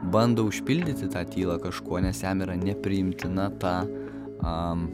bando užpildyti tą tylą kažkuo nes jam yra nepriimtina ta am